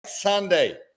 Sunday